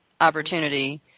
opportunity